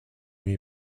may